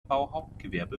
bauhauptgewerbe